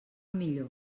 millor